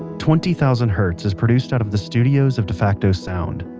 twenty thousand hertz is produced out of the studios of defacto sound,